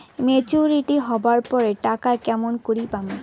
Maturity হবার পর টাকাটা কেমন করি পামু?